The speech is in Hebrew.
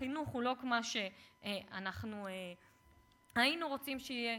החינוך הוא לא כמו שאנחנו היינו רוצים שיהיה.